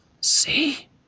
See